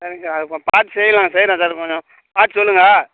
சரிங்க சார் அப்புறம் பார்த்து செய்யலாம் செய்யலாம் சார் கொஞ்சம் பார்த்து சொல்லுங்கள்